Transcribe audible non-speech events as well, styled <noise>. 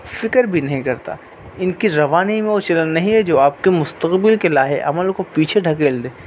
فکر بھی نہیں کرتا ان کی زمانے میں وہ <unintelligible> نہیں ہے جو آپ کے مستقبل کے لائحہ عمل کو پیچھے دھکیل دے